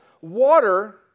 Water